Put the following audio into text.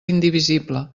indivisible